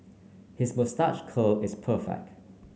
his moustache curl is perfect